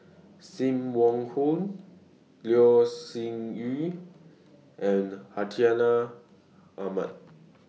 SIM Wong Hoo Loh Sin Yun and Hartinah Ahmad